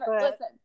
Listen